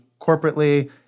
corporately